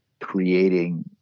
creating